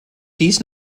dies